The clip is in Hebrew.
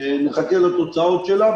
ואנחנו נחכה לתוצאות שלה.